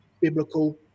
biblical